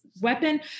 Weapon